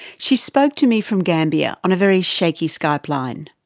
she spoke to me from gambia on a very shaky skype line.